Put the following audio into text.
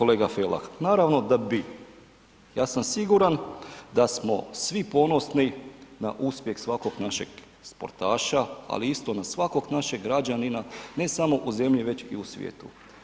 Kolega Felak, naravno da bi, ja sam siguran da smo svi ponosni na uspjeh svakog našeg sportaša, ali isto i na svakog našeg građanina ne samo u zemlji već i u svijetu.